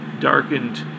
darkened